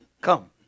Come